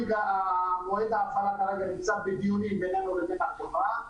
המועד להפעלה נמצא כרגע בדיונים בינינו לבין החברה,